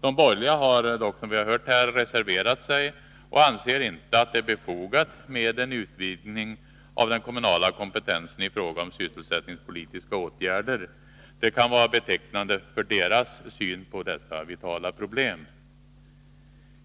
De borgerliga har dock, som vi hört här, reserverat sig och anser inte att det är befogat med en utvidgning av den kommunala kompetensen i fråga om sysselsättningspolitiska åtgärder. Det kan vara betecknande för deras syn på dessa vitala problem.